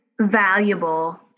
valuable